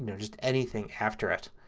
and just anything after it.